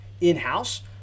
in-house